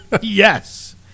Yes